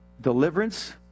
deliverance